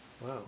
Wow